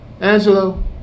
Angelo